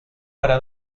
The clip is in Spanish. para